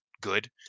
good